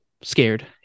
scared